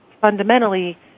fundamentally